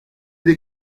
des